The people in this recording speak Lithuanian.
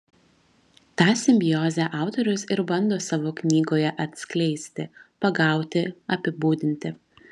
tą simbiozę autorius ir bando savo knygoje atskleisti pagauti apibūdinti